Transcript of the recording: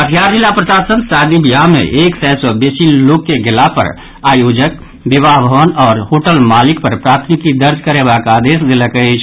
कटिहार जिला प्रशासन शादी वियाह मे एक सय सँ बेसी लोक के गेला पर आयोजक विवाह भवन आओर होटल मालिक पर प्राथमिकी दर्ज करेबाक आदेश देलक अछि